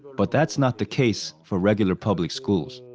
but that's not the case for regular public schools.